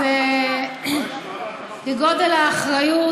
אז כגודל האחריות,